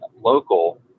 local